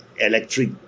electric